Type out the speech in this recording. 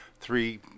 three